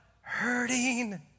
hurting